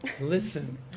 Listen